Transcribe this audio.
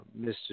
Mr